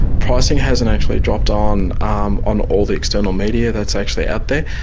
pricing hasn't actually dropped on um on all the external media that's actually out there,